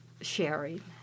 sharing